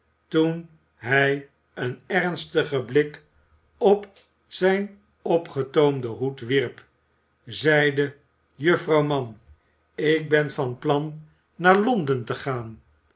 toen hij een emstigen blik op zijn opgetoomden hoed wierp zeide juffrouw mann ik ben van plan naar londen te gaan